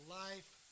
life